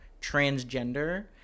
transgender